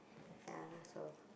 ya so